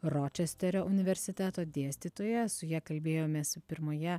ročesterio universiteto dėstytoja su ja kalbėjomės pirmoje